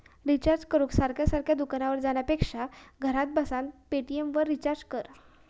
recharge करूक सारखा सारखा दुकानार जाण्यापेक्षा घरात बसान पेटीएमवरना रिचार्ज कर